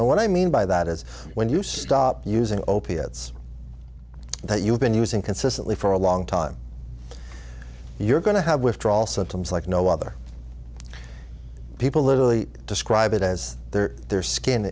them what i mean by that is when you stop using opiates that you've been using consistently for a long time you're going to have withdrawal symptoms like no other people literally describe it as their their skin